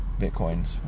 bitcoins